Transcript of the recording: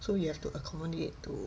so you have to accommodate to